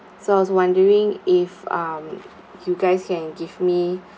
so I was wondering if um you guys can give me